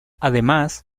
además